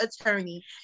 attorney